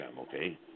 okay